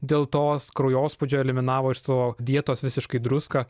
dėl tos kraujospūdžio eliminavo iš savo dietos visiškai druską